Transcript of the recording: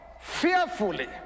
fearfully